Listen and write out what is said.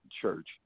church